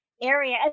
area